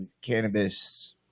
cannabis